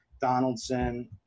Donaldson